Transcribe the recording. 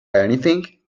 anything